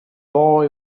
boy